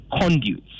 conduits